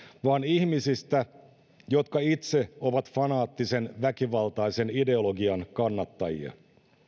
vaan ihmisistä jotka itse ovat fanaattisen väkivaltaisen ideologian kannattajia